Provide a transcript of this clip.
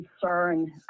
concern